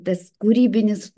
tas kūrybinis